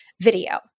video